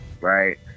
right